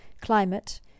climate